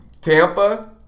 Tampa